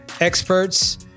experts